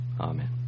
Amen